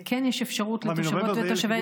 וכן יש אפשרות לתושבות ותושבי,